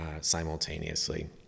Simultaneously